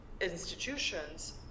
institutions